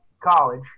college